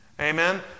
Amen